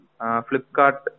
Flipkart